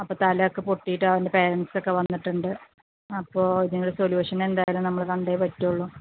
അപ്പം തല ഒക്കെ പൊട്ടീട്ട് അവൻ്റെ പേരൻസൊക്കെ വന്നിട്ടുണ്ട് അപ്പോൾ ഇതിനൊരു സൊലൂഷൻ എന്തായാലും നമ്മൾ കണ്ടെ പറ്റുളളു